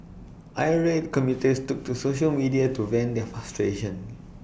irate commuters took to social media to vent their frustration